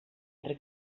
entre